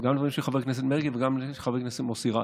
גם לדברים של חבר הכנסת מרגי וגם של חבר הכנסת מוסי רז.